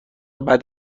بعد